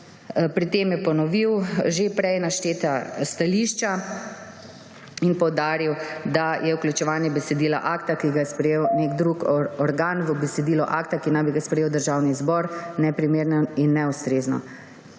Pri tem je ponovil že prej našteta stališča in poudaril, da je vključevanje besedila akta, ki ga je sprejel nek drug organ, v besedilo akta, ki naj bi ga sprejel Državni zbor, neprimerno in neustrezno.